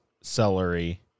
celery